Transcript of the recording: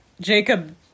Jacob